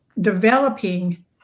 developing